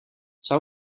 zou